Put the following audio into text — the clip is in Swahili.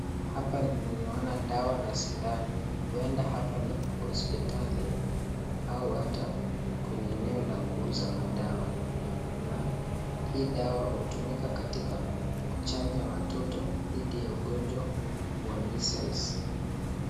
Hapa ninaona dawa na sindano uenda hapa ni hospitali, au hata kwenye eneo la kuuza madawa, na hii dawa hutumika katika kuchanja ya watoto dhidi ya ugonjwa wa misealse .